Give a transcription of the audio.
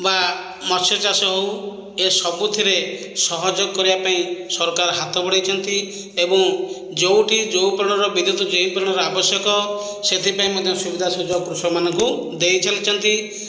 ବା ମତ୍ସ୍ୟ ଚାଷ ହଉ ଏ ସବୁଥିରେ ସହଯୋଗ କରିବା ପାଇଁ ସରକାର ହାତ ବଢ଼େଇଛନ୍ତି ଏବଂ ଯୋଉଠି ଯେଉଁ କଡ଼ର ବିଦ୍ୟୁତ ଯେଇ ପରିମାଣର ଆବଶ୍ୟକ ସେଥିପାଇଁ ମଧ୍ୟ ସୁବିଧା ସୁଯୋଗ କୃଷକମାନଙ୍କୁ ଦେଇଚାଲିଛନ୍ତି